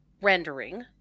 rendering